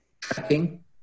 tracking